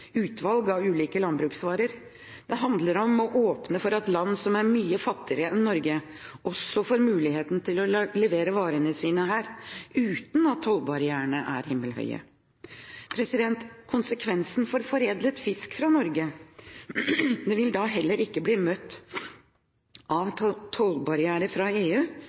utvalg av ulike landbruksvarer. Dette handler om å åpne for at land som er mye fattigere enn Norge, også får mulighet til å levere varene sine her uten at tollbarrierene er himmelhøye. Konsekvensen for foredlet fisk fra Norge vil da heller ikke bli at en møter tollbarrierer i EU